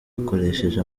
bakoresheje